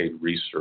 Research